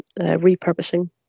repurposing